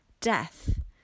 death